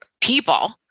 people